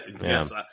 Yes